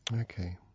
Okay